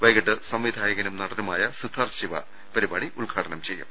വൈകിട്ട് സംവിധായകനും നടനുമായ സിദ്ധാർത്ഥ് ശിവ പരിപാടി ഉദ്ഘാടനം ചെയ്യും